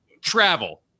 Travel